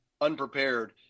unprepared